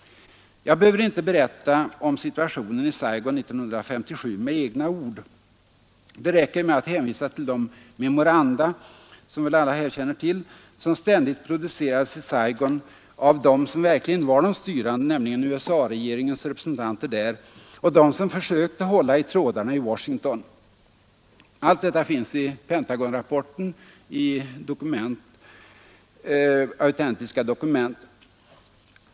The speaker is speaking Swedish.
Jag behöver inte berätta om situationen i Saigon 1957 med egna ord. Det räcker med att hänvisa till de memoranda som väl alla nu känner till och som ständigt producerades i Saigon av dem som verkligen var de styrande, nämligen USA-regeringens representanter där, och av dem som försökte hålla i trådarna i Washington. Allt detta finns i autentiska dokument i Pentagonrapporten.